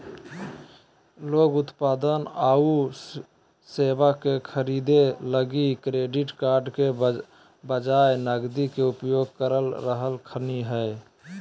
लोग उत्पाद आऊ सेवा के खरीदे लगी क्रेडिट कार्ड के बजाए नकदी के उपयोग कर रहलखिन हें